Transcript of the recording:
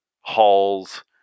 halls